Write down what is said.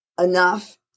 enough